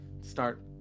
start